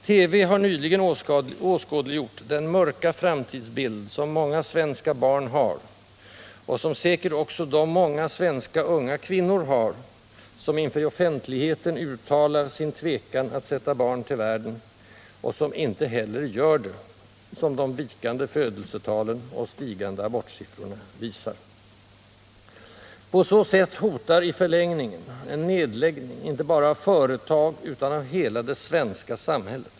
TV har nyligen åskådliggjort den mörka framtidsbild som många svenska barn har och som säkert också de många svenska unga kvinnor har, som inför offentligheten uttalar sin tvekan att sätta barn till världen, och som inte heller gör det — som de vikande födelsetalen och de stigande abortsiffrorna visar. På så sätt hotar i förlängningen en nedläggning inte bara av företag utan av hela det svenska samhället.